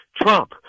trump